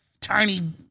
tiny